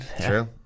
True